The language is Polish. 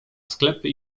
sklepy